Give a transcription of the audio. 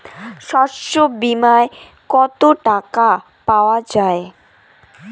শস্য বিমায় কত টাকা পাওয়া যায়?